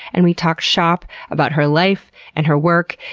and we talked shop about her life and her work.